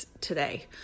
today